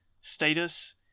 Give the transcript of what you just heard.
status